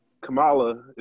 Kamala